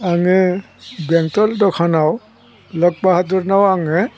आङो बेंथल दखानाव लथ बाहादुरनाव आङो